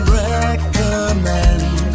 recommend